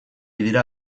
dira